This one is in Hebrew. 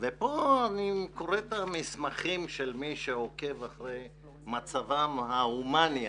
אני קורא את המסמכים של מי שעוקב אחרי מצבם ההומני,